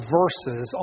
verses